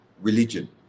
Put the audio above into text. religion